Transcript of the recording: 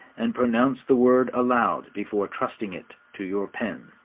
and pronounce the word aloud before trusting it to your pen.